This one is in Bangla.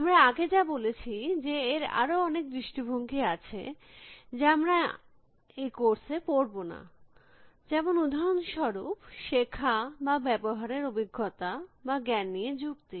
আমরা আগে যা বলেছি যে এর আরো অনেক দৃষ্টিভঙ্গি আছে যা আমরা এই কোর্স এ পড়ব না যেমন উদাহরণস্বরূপ শেখা বা ব্যবহারের অভিজ্ঞতা বা জ্ঞান নিয়ে যুক্তি